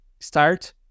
start